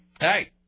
Hey